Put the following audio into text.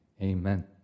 Amen